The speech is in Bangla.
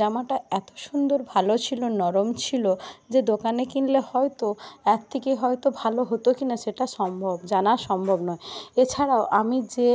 জামাটা এত সুন্দর ভালো ছিলো নরম ছিলো যে দোকানে কিনলে হয়তো আর থেকে হয়তো ভালো হতো কি না সেটা সম্ভব জানা সম্ভব নয় এছাড়াও আমি যে